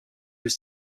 was